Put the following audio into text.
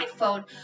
iPhone